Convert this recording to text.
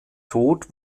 tod